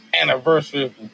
anniversary